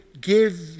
give